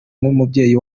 nk’umubyeyi